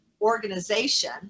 organization